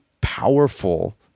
powerful